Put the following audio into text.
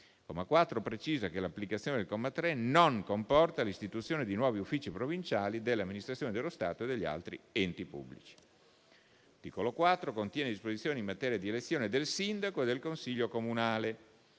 Il comma 4 precisa che l'applicazione del comma 3 non comporta l'istituzione di nuovi uffici provinciali delle amministrazioni dello Stato e degli altri enti pubblici. L'articolo 4 contiene disposizioni in materia di elezione del sindaco e del Consiglio comunale.